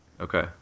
Okay